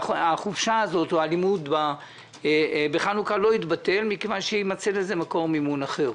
הזאת או הלימוד בחנוכה לא יתבטל מכיוון שיימצא לזה מקור מימון אחר.